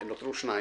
נותרו שניים.